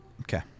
Okay